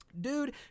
Dude